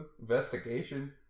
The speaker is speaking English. Investigation